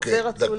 אני רוצה